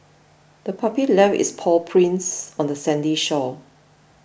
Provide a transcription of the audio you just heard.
the puppy left its paw prints on the sandy shore